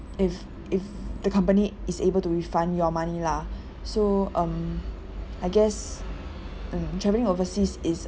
if if the company is able to refund your money lah so um I guess mm travelling overseas is